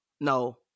no